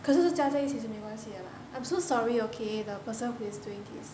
可是加在一起是没关系了 mah I'm so sorry okay the person who is doing this